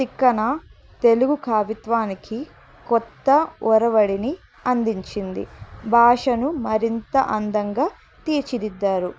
తిక్కన తెలుగు కవిత్వానికి కొత్త వరవడిని అందించింది భాషను మరింత అందంగా తీర్చిదిద్దారు